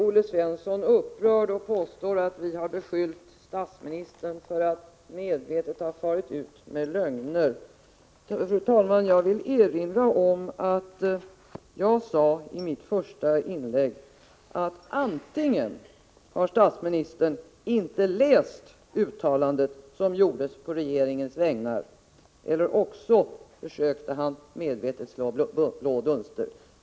Olle Svensson är upprörd och påstår att vi har beskyllt statsministern för att medvetet ha farit med lögner. Jag vill, fru talman, erinra om att jag sade i mitt första inlägg, att antingen har statsministern inte läst det uttalande som gjordes på regeringens vägnar eller också försökte han medvetet slå blå dunster i ögonen på oss.